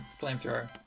flamethrower